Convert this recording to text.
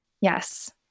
Yes